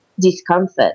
discomfort